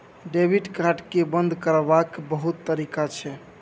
debit card केँ बंद करबाक बहुत तरीका छै